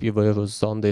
įvairūs zondai